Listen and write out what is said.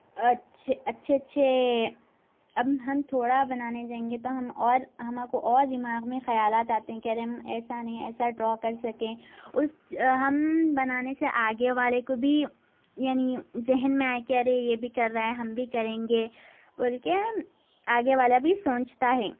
اچھے اچھے اچھے اب ہم تھوڑا بنانے جائیں گے تو ہم اور ہمارے کو اور دماغ میں خیالات آتے ہیں کہ ارے ہم ایسا نہیں ایسا ڈرا کر سکیں اس ہم بنانے سے آگے والے کو بھی یعنی ذہن میں آ کے ارے یہ بھی کر رہا ہے ہم بھی کریں گے بول کے آگے والا بھی سوچتا ہے